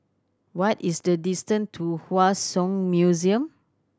what is the distant to Hua Song Museum